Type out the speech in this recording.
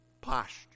posture